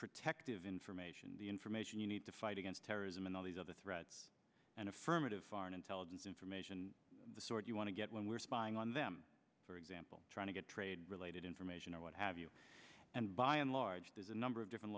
protective information the information you need to fight against terrorism and all these other threats and affirmative foreign intelligence information the sort you want to get when we're spying on them for example trying to get trade related information or what have you and by and large there's a number of different